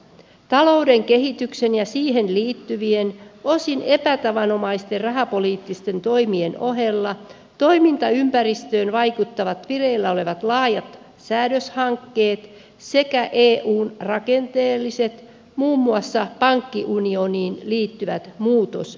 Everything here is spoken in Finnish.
talouden kehityksen ja siihen liittyvien osin epätavanomaisten rahapoliittisten toimien ohella toimintaympäristöön vaikuttavat vireillä olevat laajat säädöshankkeet sekä eun rakenteelliset muun muassa pankkiunioniin liittyvät muutosesitykset